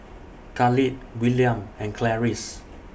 Khalil Willam and Clarice